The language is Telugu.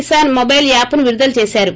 కిసాన్ మొబైల్ యాప్ను విడుదల చేశారు